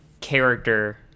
character